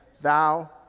thou